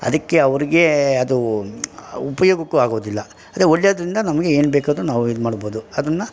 ಅದಕ್ಕೆ ಅವ್ರಿಗೆ ಅದು ಉಪಯೋಗಕ್ಕೂ ಆಗೋದಿಲ್ಲ ಆದರೆ ಒಳ್ಳೆದರಿಂದ ನಮಗೆ ಏನುಬೇಕಾದ್ರು ನಾವು ಇದ್ಮಾಡ್ಬೋದು ಅದನ್ನ